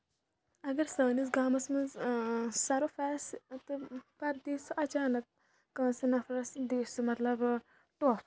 اَگر سٲنِس گامَس منٛز سۄرُپھ آسہِ تہٕ پَتہ دِی سُہ اَچانک کٲنسہِ نفرَس دِی سُہ مطلب ٹۄپھ